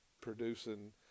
producing